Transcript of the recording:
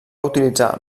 utilitzar